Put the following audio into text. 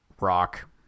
rock